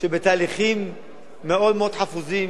שבתהליכים מאוד מאוד חפוזים,